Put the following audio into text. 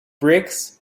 bricks